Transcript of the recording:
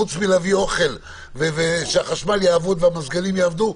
חוץ מלהביא אוכל ולדאוג שהחשמל והמזגנים יעבדו,